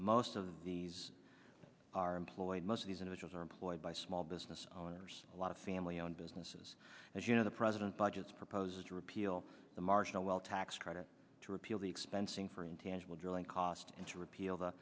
most of these are employed most of these images are employed by small business owners a lot of family owned businesses and you know the president budgets proposes to repeal the marginal tax credit to repeal the expensing for intangible drilling cost and to repeal the